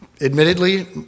admittedly